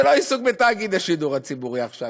זה לא עיסוק בתאגיד השידור הציבורי עכשיו,